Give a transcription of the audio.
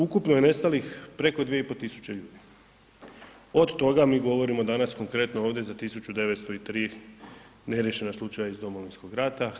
Ukupno je nestalih preko 2.500 ljudi, od toga mi govorimo danas konkretno ovdje za 1.903 neriješena slučaja iz Domovinskog rata.